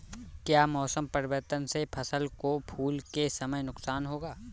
क्या मौसम परिवर्तन से फसल को फूल के समय नुकसान होगा?